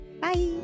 Bye